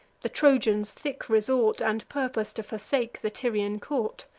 the trojans' thick resort, and purpose to forsake the tyrian court.